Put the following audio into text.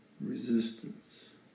resistance